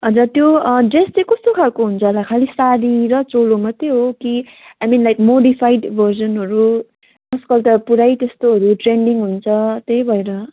हजुर त्यो ड्रेस चाहिँ कस्तो खालको हुन्छ खालि साडी र चोलो मात्रै हो कि आइ मिन लाइक मोडिफाइड भर्जनहरू आजकल त पुरै त्यस्तोहरू ट्रेन्डिङ हुन्छ त्यही भएर